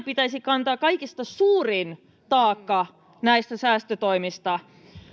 pitäisi kantaa kaikista suurin taakka näistä säästötoimista